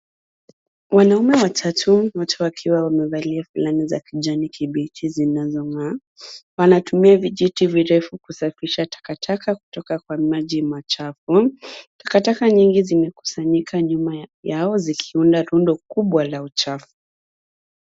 Wanaume watatu wote wakiwa wamevalia fulana za kijani kibichi zinazong'aa wanatumia vijiti virefu kusafisha takataka kutoka kwa maji machafu .Takataka nyingi zimekusanyika nyuma yao zikiunda rundo kubwa la uchafu.